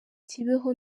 kibeho